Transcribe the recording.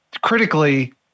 critically